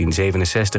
1967